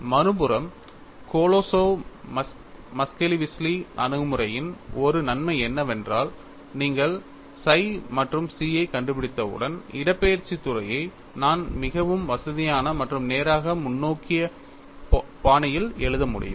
மறுபுறம் Kolosov Muskhelishvili அணுகுமுறையின் ஒரு நன்மை என்னவென்றால் நீங்கள் psi மற்றும் chi ஐக் கண்டுபிடித்தவுடன் இடப்பெயர்ச்சித் துறையை நான் மிகவும் வசதியான மற்றும் நேராக முன்னோக்கி பாணியில் எழுத முடியும்